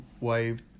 wave